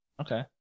Okay